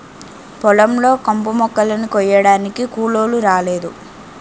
పొలం లో కంపుమొక్కలని కొయ్యడానికి కూలోలు రాలేదు